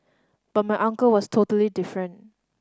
but my uncle was totally different